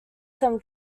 some